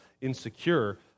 insecure